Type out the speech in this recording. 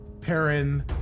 Perrin